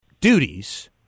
duties